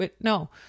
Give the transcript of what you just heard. no